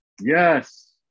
Yes